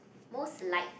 most like